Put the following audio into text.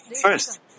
first